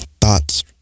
thoughts